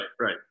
right